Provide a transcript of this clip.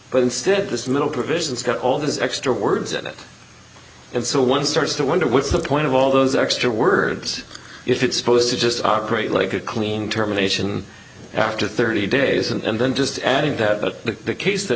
but instead this middle provisions got all this extra words in it and so one starts to wonder what's the point of all those extra words if it's supposed to just operate like a cleaning terminations after thirty days and then just adding that the case that